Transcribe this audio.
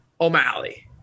O'Malley